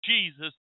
Jesus